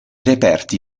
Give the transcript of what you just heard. reperti